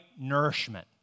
nourishment